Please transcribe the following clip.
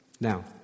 Now